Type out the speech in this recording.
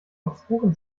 obskuren